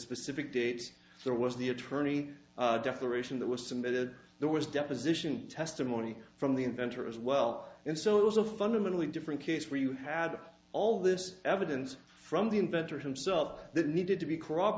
specific dates there was the attorney death aeration that was submitted there was deposition testimony from the inventor as well and so it was a fundamentally different case where you had all this evidence from the inventor himself that needed to be c